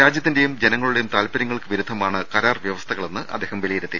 രാജ്യത്തിന്റെയും ജനങ്ങളുടെയും താൽപര്യങ്ങൾക്ക് വിരുദ്ധമാണ് കരാർ വൃവസ്ഥകളെന്ന് അദ്ദേഹം വിലയി രുത്തി